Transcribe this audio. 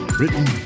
written